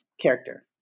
character